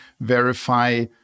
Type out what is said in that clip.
verify